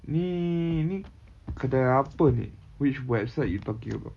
ni ni kedai apa ni which website you talking about